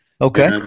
Okay